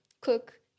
cook